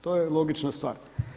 To je logična stvar.